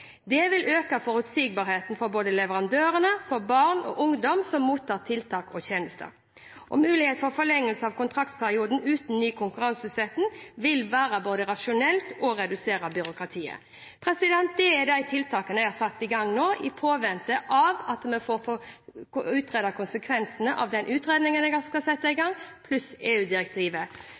Det vil øke forutsigbarheten både for leverandørene og for barn og ungdom som mottar tiltak og tjenester, og muligheten for forlengelse av kontraktperioden uten ny konkurranseutsetting vil både være rasjonelt og redusere byråkratiet. Det er de tiltakene jeg har satt i gang nå, i påvente av at vi får utredet konsekvensene av den utredningen jeg skal sette i gang, pluss